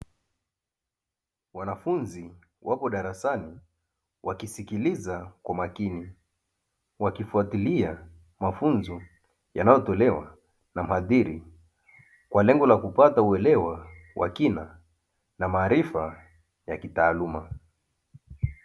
Wanafunzi wapo darasani wakisikiliza kwa makini, wakifuatilia mafunzo yanayotolewa na mhadhiri, kwa lengo la kupata uelewa wa kina na maarifa ya kitaaluma.